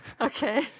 Okay